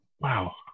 wow